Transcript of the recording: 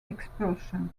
expulsion